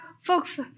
folks